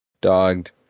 Dogged